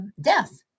death